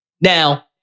Now